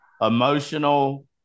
emotional